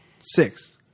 six